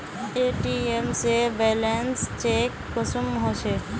ATM से balance check कुंसम होचे?